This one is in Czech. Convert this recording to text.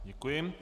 Děkuji.